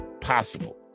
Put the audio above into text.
possible